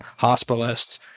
hospitalists